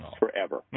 forever